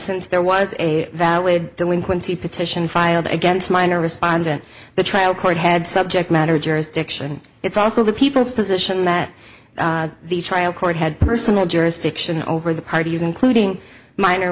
since there was a valid delinquency petition filed against minor respondent the trial court had subject matter jurisdiction it's also the people's position that the trial court had personal jurisdiction over the parties including min